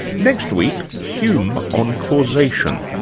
next week, hume on causation.